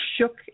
shook